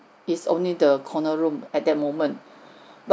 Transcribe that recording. it's only the corner room at that moment but